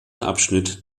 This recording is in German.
abschnitt